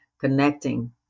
connecting